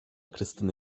krystyny